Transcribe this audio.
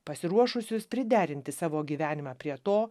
pasiruošusius priderinti savo gyvenimą prie to